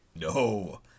No